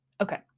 Okay